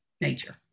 nature